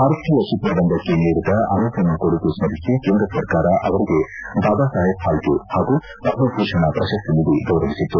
ಭಾರತೀಯ ಚಿತ್ರರಂಗಕ್ಕೆ ನೀಡಿದ ಅನುಪಮ ಕೊಡುಗೆ ಸ್ನರಿಸಿ ಕೇಂದ್ರ ಸರ್ಕಾರ ಅವರಿಗೆ ದಾದಾಸಾಹೇಬ್ ಫಾಲ್ಲೆ ಹಾಗೂ ಪದ್ಧಭೂಷಣ ಪ್ರಶಸ್ತಿ ನೀಡಿ ಗೌರವಿಸಿತ್ತು